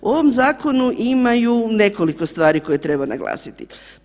U ovom zakonu imaju nekoliko stvari koje treba naglasiti.